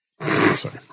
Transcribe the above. Sorry